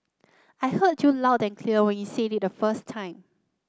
I heard you loud and clear when you said it the first time